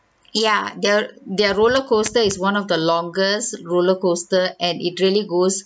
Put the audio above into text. ya their their roller coaster is one of the longest roller coaster and it really goes